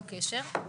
בסדר?